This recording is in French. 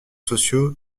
sociaux